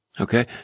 Okay